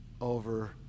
over